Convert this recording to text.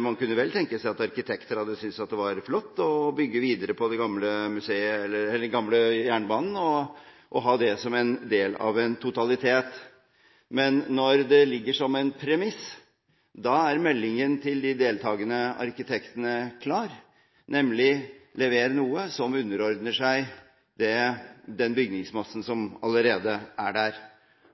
Man kunne vel tenke seg at arkitekter hadde syntes det var flott å bygge videre på den gamle jernbanen og ha det som en del av en totalitet. Men når det ligger som en premiss, er meldingen til de deltakende arkitektene klar, nemlig: Lever noe som underordner seg den bygningsmassen som allerede er der!